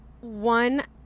One